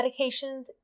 medications